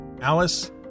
Alice